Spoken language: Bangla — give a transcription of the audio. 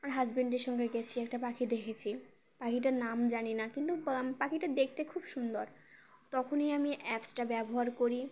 আমার হাজব্যান্ডের সঙ্গে গেছি একটা পাখি দেখেছি পাখিটার নাম জানি না কিন্তু পাখিটা দেখতে খুব সুন্দর তখনই আমি অ্যাপসটা ব্যবহার করি